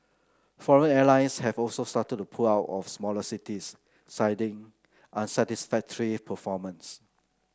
foreign airlines have also started to pull out of smaller cities citing unsatisfactory performance